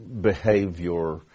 behavior